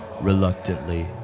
reluctantly